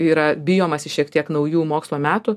yra bijomasi šiek tiek naujų mokslo metų